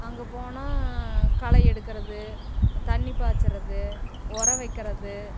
அங்கே போனால் களை எடுக்கிறது தண்ணி பாய்ச்சறது உரம் வைக்கிறது